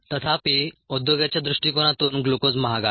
तथापि उद्योगाच्या दृष्टीकोनातून ग्लुकोज महाग आहे